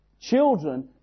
Children